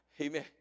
Amen